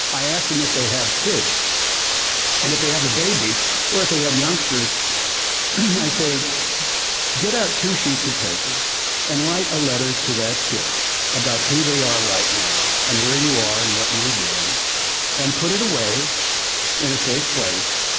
i asked him if they have kids and if they have a baby or if they have youngsters and i say get out two sheets of paper and write a letter to that kid about who they are right now and where you are and what you were doing and put it away in a safe place.